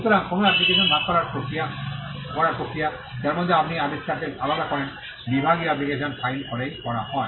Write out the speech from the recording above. সুতরাং কোনও অ্যাপ্লিকেশন ভাগ করার প্রক্রিয়া যার মধ্যে আপনি আবিষ্কারকে আলাদা করেন বিভাগীয় অ্যাপ্লিকেশন ফাইল করেই করা হয়